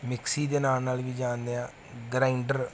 mixie ਦੇ ਨਾਂ ਨਾਲ ਵੀ ਜਾਣਦੇ ਹਾਂ ਗ੍ਰਾਈਂਡਰ